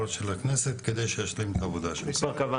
של הכנסת כדי שישלים את העבודה שלו.